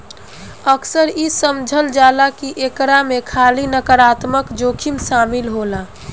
अक्सर इ समझल जाला की एकरा में खाली नकारात्मक जोखिम शामिल होला